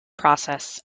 process